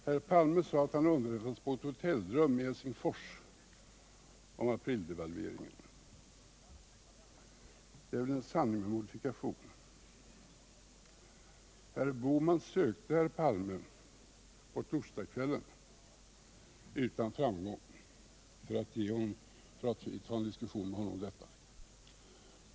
Herr Palme sade att han underrättades om aprildevalveringen i en riksdagskorridor i Helsingfors. Det är väl en sanning med modifikation. Herr Bohman sökte herr Palme på torsdagskvällen utan framgång för att ta en diskussion om detta.